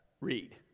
read